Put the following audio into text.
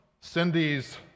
Cindy's